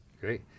great